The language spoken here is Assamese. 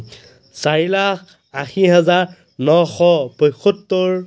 চাৰি লাখ আশী হেজাৰ নশ পঁসত্তৰ